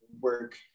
work